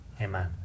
Amen